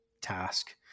task